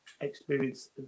experience